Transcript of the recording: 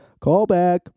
callback